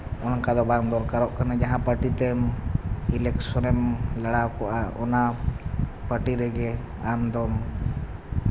ᱚᱱᱠᱟᱫᱚ ᱵᱟᱝ ᱫᱚᱠᱟᱨᱚᱜ ᱠᱟᱱᱟ ᱡᱟᱦᱟᱸ ᱯᱟᱨᱴᱤ ᱛᱮ ᱤᱞᱮᱠᱥᱚᱱ ᱮᱢ ᱞᱟᱲᱟᱣ ᱠᱚᱜᱼᱟ ᱚᱱᱟ ᱯᱟᱨᱴᱤ ᱨᱮᱜᱮ ᱟᱢᱫᱚᱢ